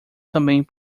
também